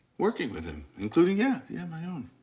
working with him, including yeah, yeah, my own.